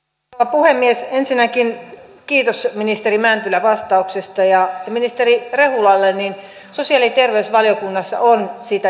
puhemies ensinnäkin kiitos ministeri mäntylä vastauksesta ministeri rehulalle sosiaali ja terveysvaliokunnassa siitä on olemassa